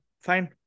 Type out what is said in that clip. fine